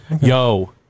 Yo